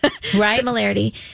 similarity